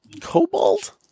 Cobalt